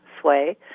sway